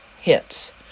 hits